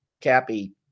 Cappy